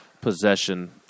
possession